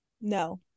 no